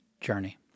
journey